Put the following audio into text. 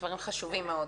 דברים חשובים מאוד.